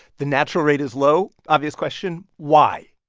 the natural rate is low. obvious question why?